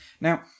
Now